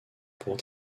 pour